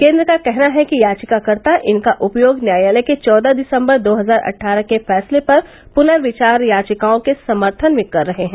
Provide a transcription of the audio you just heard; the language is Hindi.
केन्द्र का कहना है कि याचिकाकर्ता इनका उपयोग न्यायालय के चौदह दिसंबर दो हजार अट्टारह के फैसले पर पुनर्विचार याचिकाओं के समर्थन में कर रहें हैं